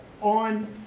on